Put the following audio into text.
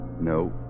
No